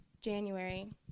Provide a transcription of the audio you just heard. January